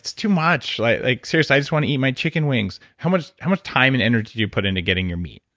it's too much. like like seriously, i just want to eat my chicken wings. how much how much time and energy do you put into getting your meat?